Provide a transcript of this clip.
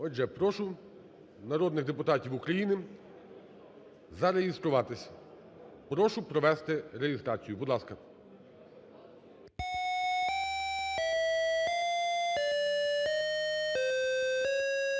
Отже, прошу народних депутатів України зареєструватись. Прошу провести реєстрацію, будь ласка.